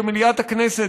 שמליאת הכנסת,